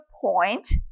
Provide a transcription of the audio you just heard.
point